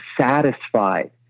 satisfied